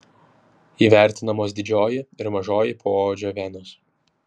įvertinamos didžioji ir mažoji poodžio venos